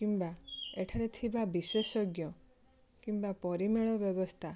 କିମ୍ବା ଏଠାରେ ଥିବା ବିଶେଷଜ୍ଞ କିମ୍ବା ପରିମେଳ ବ୍ୟବସ୍ଥା